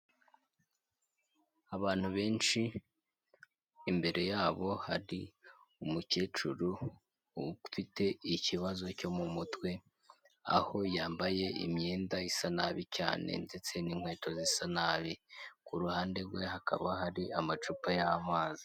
Abantu benshi, imbere yabo hari umukecuru ufite ikibazo cyo mu mutwe, aho yambaye imyenda isa nabi cyane ndetse n'inkweto zisa nabi, ku ruhande rwe hakaba hari amacupa y'amazi.